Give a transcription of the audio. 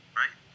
right